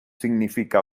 significa